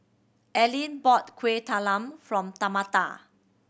Alene bought Kueh Talam from Tamatha